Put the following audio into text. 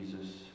Jesus